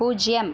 பூஜ்ஜியம்